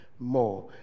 More